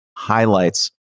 highlights